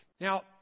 Now